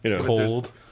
Cold